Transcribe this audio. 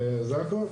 וזה הכול.